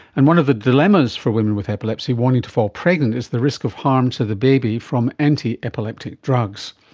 and one of the dilemmas for women with epilepsy wanting to fall pregnant is the risk of harm to the baby from antiepileptic drugs.